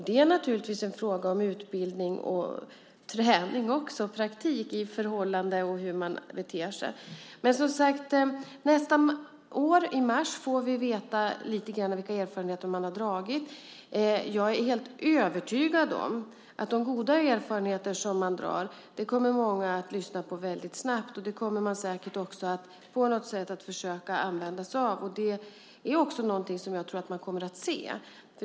Det är naturligtvis också en fråga om utbildning och träning, praktik, i förhållande till hur man beter sig. I mars nästa år får vi, som sagt, veta vilka erfarenheter man gjort av detta. Jag är helt övertygad om att många snabbt kommer att lyssna till de goda erfarenheter man gjort och säkert också kommer att på något sätt försöka använda sig av dem. Jag tror att vi kommer att få se det.